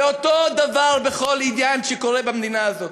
ואותו דבר בכל עניין שקורה במדינה הזאת.